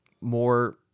more